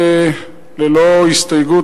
ללא הסתייגות,